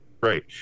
great